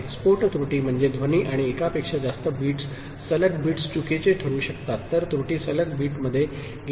स्फोट त्रुटी म्हणजे ध्वनी आणि एकापेक्षा जास्त बिट्स सलग बिट्स चुकीचे ठरू शकतात तर त्रुटी सलग बिटमध्ये गेली